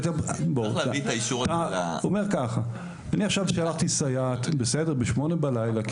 אני עכשיו שלחתי סייעת ב-8:00 בלילה כי